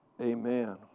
Amen